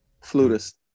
flutist